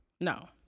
No